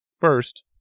First